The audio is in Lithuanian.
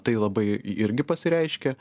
tai labai irgi pasireiškia